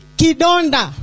kidonda